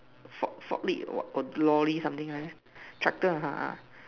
ford ford lift or what or lorry or something like that tractor ha uh